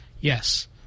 Yes